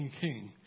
king